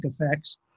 effects